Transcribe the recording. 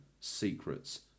secrets